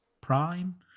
Prime